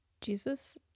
Jesus